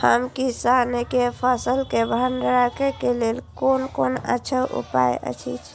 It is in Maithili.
हम किसानके फसल के भंडारण के लेल कोन कोन अच्छा उपाय सहि अछि?